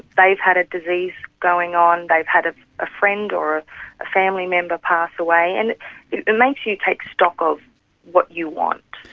they've had a disease going on, they've had a friend or a family member pass away, and it makes you take stock of what you want.